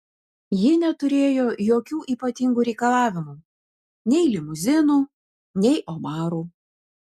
ji neturėjo jokių ypatingų reikalavimų nei limuzinų nei omarų